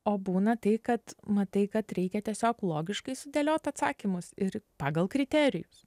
o būna tai kad matai kad reikia tiesiog logiškai sudėliot atsakymus ir pagal kriterijus